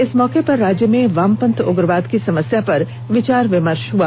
इस मौके पर राज्य में वामपंथ उग्रवाद की समस्या पर विचार विमर्ष हुआ